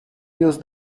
use